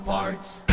Parts